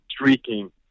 streaking